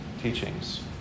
teachings